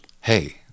hey